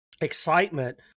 excitement